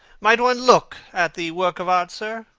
might one look at the work of art, sir?